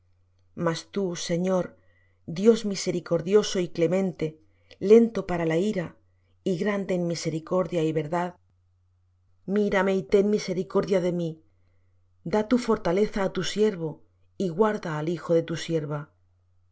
mas tú señor dios misericordioso y clemente lento para la ira y grande en misericordia y verdad mírame y ten misericordia de mí da tu fortaleza á tu siervo y guarda al hijo de tu sierva